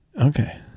Okay